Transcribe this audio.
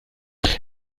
der